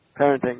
Parenting